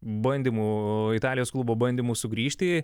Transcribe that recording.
bandymu italijos klubo bandymu sugrįžti